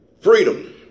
Freedom